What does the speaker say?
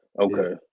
Okay